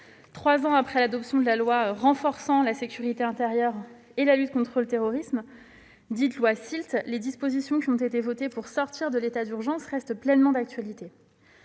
Trois ans après l'adoption de la loi renforçant la sécurité intérieure et la lutte contre le terrorisme, dite « loi SILT », les dispositions qui ont été adoptées pour sortir de l'état d'urgence restent pleinement d'actualité.